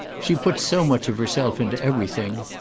she puts so much of herself into everything